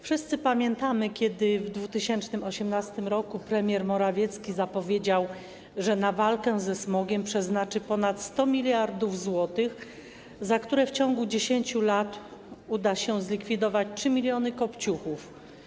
Wszyscy pamiętamy, jak w 2018 r. premier Morawiecki zapowiedział, że na walkę ze smogiem przeznaczy ponad 100 mld zł, za które w ciągu 10 lat uda się zlikwidować 3 mln kopciuchów.